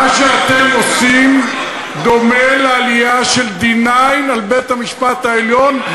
מה שאתם עושים דומה לעלייה של 9-D על בית-המשפט העליון.